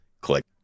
Click